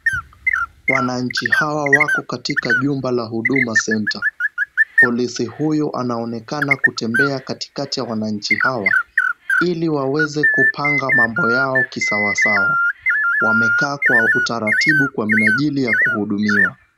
Wananchi hawa wako katika jumba la Huduma Center. Polisi huyu anaonekana kutembea katikati ya wananchi hawa ili waweze kupanga mambo yao kisawasawa. Wamekaa kwa utaratibu kwa minajili ya kuhudumiwa.